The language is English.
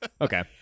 Okay